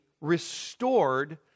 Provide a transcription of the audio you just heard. restored